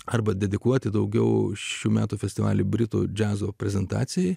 arba dedikuoti daugiau šių metų festivalį britų džiazo prezentacijai